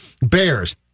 Bears